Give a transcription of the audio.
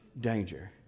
danger